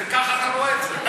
כך אתה רואה את זה.